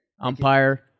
Umpire